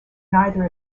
neither